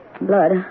blood